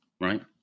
right